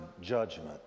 judgment